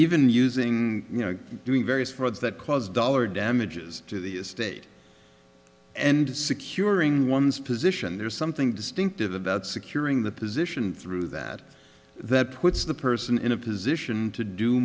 even using you know doing various fronts that cause dollar damages to the estate and securing one's position there's something distinctive about securing the position through that that puts the person in a position to do